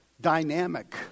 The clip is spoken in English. dynamic